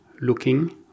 looking